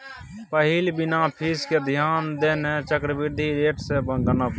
पहिल बिना फीस केँ ध्यान देने चक्रबृद्धि रेट सँ गनब